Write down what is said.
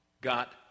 got